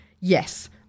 yes